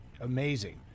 amazing